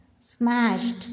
Smashed